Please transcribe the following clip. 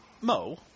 Mo